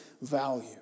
value